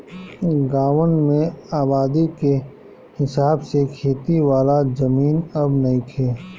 गांवन में आबादी के हिसाब से खेती वाला जमीन अब नइखे